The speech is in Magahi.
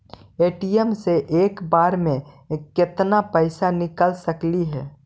ए.टी.एम से एक बार मे केत्ना पैसा निकल सकली हे?